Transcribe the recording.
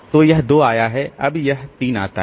तो यह 2 आया है अब यह 3 आता है